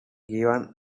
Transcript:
given